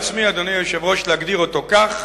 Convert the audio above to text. אדוני היושב-ראש, ארשה לעצמי להגדיר אותו כך: